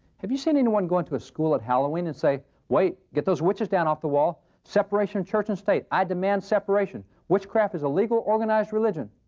have you seen anyone go into a school at halloween and say wait! get those witches down off the wall, separation of church and state! i demand separation! witchcraft is a legal, organized religion!